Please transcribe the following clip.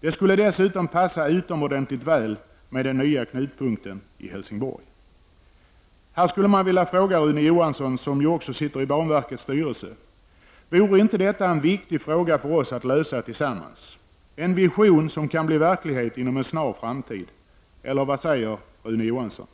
Det skulle dessutom passa utomordentligt väl ihop med den nya knutpunkten i Helsingborg. Här skulle jag vilja fråga Rune Johansson, som ju också sitter i banverkets styrelse: Vore detta inte en viktig fråga för oss att lösa tillsammans — en vision som kan bli verklighet inom en snar framtid? Eller vad säger Rune Johansson?